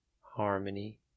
harmony